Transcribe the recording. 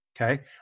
okay